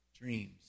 Dreams